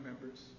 members